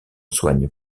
soigne